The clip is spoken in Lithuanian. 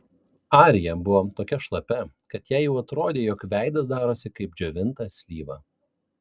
arija buvo tokia šlapia kad jai jau atrodė jog veidas darosi kaip džiovinta slyva